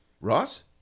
Ross